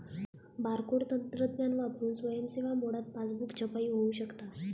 barcode तंत्रज्ञान वापरून स्वयं सेवा मोडात पासबुक छपाई होऊ शकता